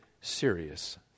serious